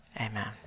Amen